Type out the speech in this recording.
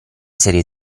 serie